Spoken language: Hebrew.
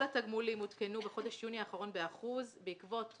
התגמולים עודכנו בחודש יוני האחרון באחוז בעקבות